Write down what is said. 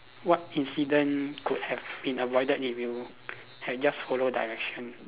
what incident could have been avoided if you had just follow direction